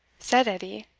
said edie.